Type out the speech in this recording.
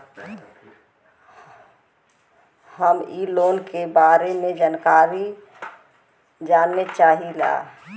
हम इ लोन के बारे मे जानकारी जाने चाहीला?